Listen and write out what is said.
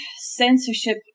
censorship